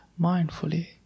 mindfully